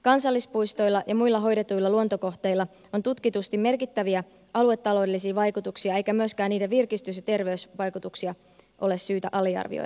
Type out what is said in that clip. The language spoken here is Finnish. kansallispuistoilla ja muilla hoidetuilla luontokohteilla on tutkitusti merkittäviä aluetaloudellisia vaikutuksia eikä myöskään niiden virkistys ja terveysvaikutuksia ole syytä aliarvioida